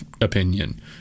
opinion